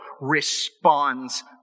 responds